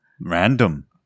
Random